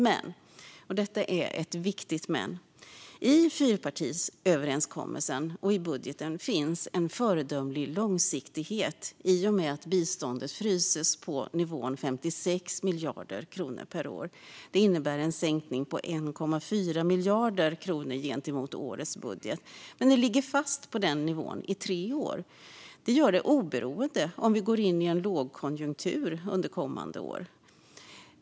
Men - och detta är ett viktigt men - i fyrpartiöverenskommelsen och i budgeten finns en föredömlig långsiktighet i och med att biståndet fryses på nivån 56 miljarder kronor per år. Det innebär en sänkning med 1,4 miljarder kronor jämfört med årets budget, men det ligger fast på den nivån i tre år oberoende av om vi går in i en lågkonjunktur under kommande år.